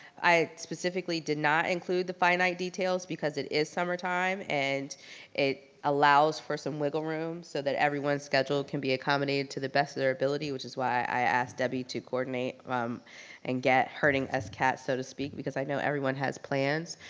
i specifically did not include the finite details because it is summer time and it allows for some wiggle room so that everyone's schedule can be accommodated to the best of their ability, which is why i asked debbie to coordinate and get herding us cats, so to speak, because i know everyone has plans.